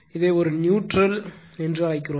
இதை ஒரு நியூட்ரல் அழைக்கிறோம்